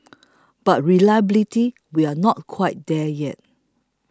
but reliability we are not quite there yet